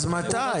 אז מתי?